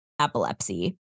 epilepsy